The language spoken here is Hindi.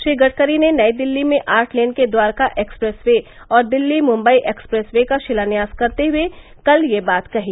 श्री गडकरी ने नई दिल्ली में आठ लेन के द्वारका एक्सप्रेस वे और दिल्ली मुंबई एक्सप्रेस वे का शिलान्यास करते हुए कल यह बात कही